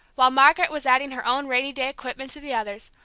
while margaret was adding her own rainy-day equipment to the others,